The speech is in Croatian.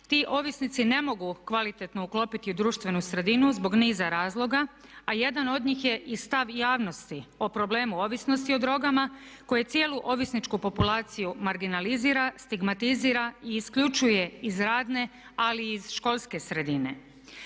ti ovisnici ne mogu kvalitetno uklopiti u društvenu sredinu zbog niza razloga, a jedan od njih je i stav javnosti o problemu ovisnosti o drogama koji cijelu ovisničku populaciju marginalizira, stigmatizira i isključuje iz radne, ali i iz školske sredine.